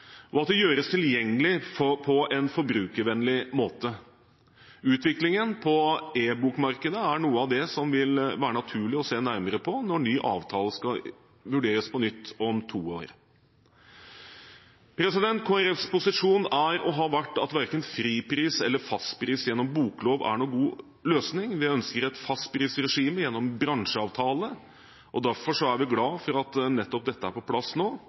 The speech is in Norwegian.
og at det gjøres tilgjengelig på en forbrukervennlig måte. Utviklingen på e-bokmarkedet er noe av det som det vil være naturlig å se nærmere på når ny avtale skal vurderes om to år. Kristelig Folkepartis posisjon er og har vært at verken fripris eller fastpris gjennom boklov er noen god løsning. Vi ønsker et fastprisregime gjennom en bransjeavtale, og derfor er vi glade for at nettopp dette er på plass nå.